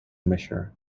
measure